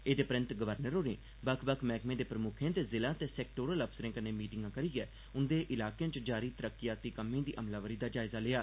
एह्दे परैंत गवर्नर होरे बक्ख बक्ख मैहकमें दे प्रमुक्खें ते ज़िला ते सैक्टोरल अफसरें कन्नै मीटिंग करियै उंदे इलाकें च जारी तरक्कियाती कम्में दी अमलावरी दा जायजा लैता